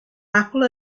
apple